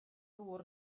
ddŵr